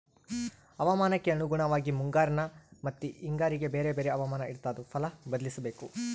ಹವಾಮಾನಕ್ಕೆ ಅನುಗುಣವಾಗಿ ಮುಂಗಾರಿನ ಮತ್ತಿ ಹಿಂಗಾರಿಗೆ ಬೇರೆ ಬೇರೆ ಹವಾಮಾನ ಇರ್ತಾದ ಫಲ ಬದ್ಲಿಸಬೇಕು